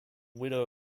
widow